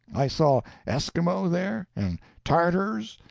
i saw esquimaux there, and tartars,